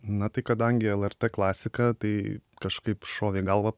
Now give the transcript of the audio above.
na tai kadangi lrt klasika tai kažkaip šovė į galvą